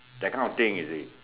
that kind of thing you see